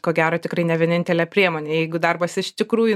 ko gero tikrai ne vienintelė priemonė jeigu darbas iš tikrųjų